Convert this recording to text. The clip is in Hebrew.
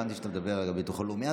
הבנתי שאתה מדבר על הביטחון הלאומי,